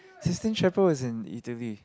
Sistine-Chapel is in either way